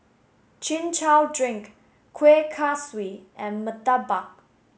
Chin Chow Drink Kueh Kaswi and Murtabak